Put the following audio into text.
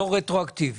לא רטרואקטיבית.